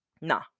nah